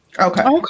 okay